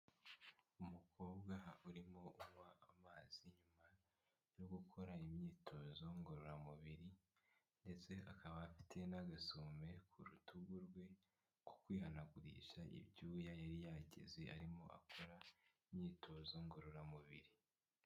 Umukobwa urimo kunywa amazi nyuma no gukora imyitozo ngororamubiri ndetse akaba afite n'agasume ku rutugu rwe ko kwihanagurisha ibyuya yari yagize arimo akora imyitozo ngororamubiri.